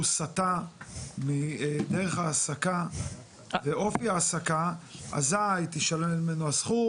סטה מדרך ההעסקה ואופי ההעסקה אזי תישלל ממנו הזכות